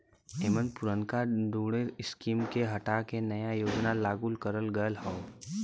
एमन पुरनका दूठे स्कीम के हटा के नया योजना लागू करल गयल हौ